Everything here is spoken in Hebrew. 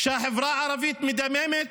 שהחברה הערבית מדממת